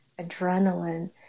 adrenaline